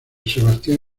sebastián